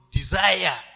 desire